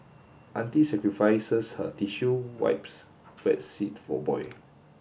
auntie sacrifices her tissue wipes wet seat for boy